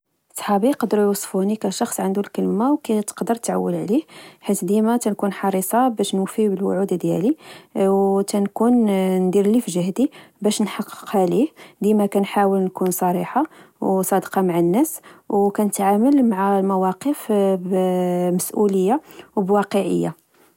صحابي يقدرو وصفوني كشخص عندو الكلمة وكتقدر تعول عليه، حيث ديما تنكون حريصة باش الوفاء بالوعود ديالي. وتنكون ندير لفجهدي باش نحققها ليه دايماً كنحاول نكون صريح وصادق مع الناس، وكنتعامل مع المواقف بمسؤولية و بواقعية